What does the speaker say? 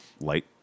light